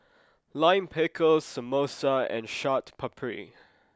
Lime Pickle Samosa and Chaat Papri